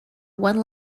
one